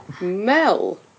Mel